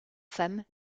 femmes